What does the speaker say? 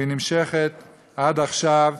והיא נמשכת עד עכשיו,